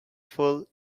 full